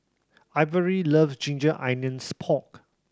Ivory love ginger onions pork